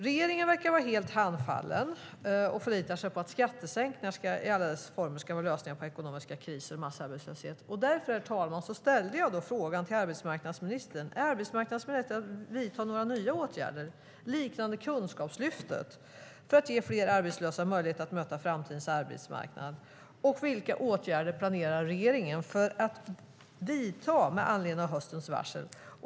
Regeringen verkar var helt handfallen och förlitar sig på att skattesänkningar i alla former ska vara lösningen på ekonomiska kriser och massarbetslöshet. Därför ställde jag frågan, herr talman, till arbetsmarknadsministern: Är arbetsmarknadsministern beredd att vidta några nya åtgärder, liknande Kunskapslyftet, för att ge fler arbetslösa möjlighet att möta framtidens arbetsmarknad? Vilka åtgärder planerar regeringen att vidta med anledning av höstens varsel?